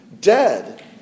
dead